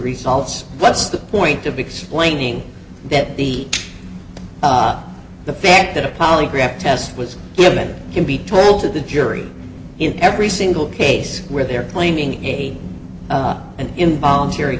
resolves what's the point of explaining that the the fact that a polygraph test was given can be told to the jury in every single case where they're claiming a an involuntary